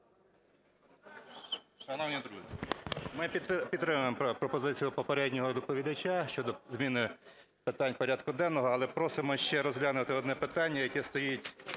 Шановні друзі, ми підтримуємо пропозицію попереднього доповідача щодо зміни питань порядку денного. Але просимо ще розглянути одне питання, яке стоїть